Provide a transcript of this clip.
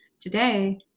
today